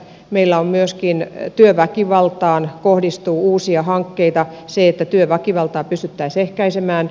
meillä myöskin työväkivaltaan kohdistuu uusia hankkeita että työväkivaltaa pysyttäisiin ehkäisemään